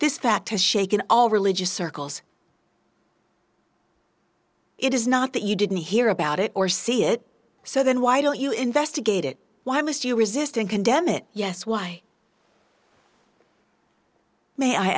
this fact has shaken all religious circles it is not that you didn't hear about it or see it so then why don't you investigate it why must you resist and condemn it yes why may i